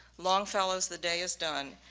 longfellow's the day is done,